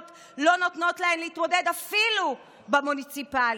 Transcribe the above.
לא נותנות להן להתמודד אפילו במוניציפלי.